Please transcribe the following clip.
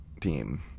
team